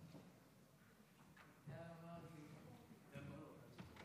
ההצעה הבאה, כן, כן.